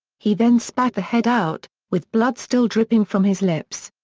he then spat the head out, with blood still dripping from his lips.